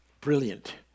brilliant